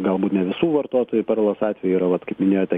galbūt ne visų vartotojų perlas atveju yra vat kaip minėjote